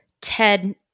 Ted